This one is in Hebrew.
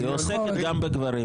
היא עוסקת גם בגברים.